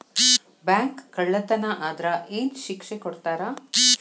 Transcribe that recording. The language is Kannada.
ಬ್ಯಾಂಕ್ ಕಳ್ಳತನಾ ಆದ್ರ ಏನ್ ಶಿಕ್ಷೆ ಕೊಡ್ತಾರ?